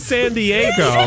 Sandiego